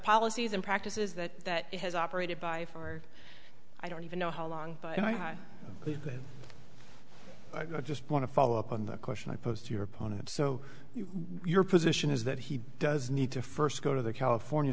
policies and practices that it has operated by for i don't even know how long but i believe it i just want to follow up on the question i posed to your opponent so your position is that he does need to first go to the california